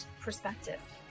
perspective